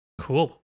Cool